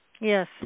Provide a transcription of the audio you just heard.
Yes